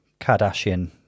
kardashian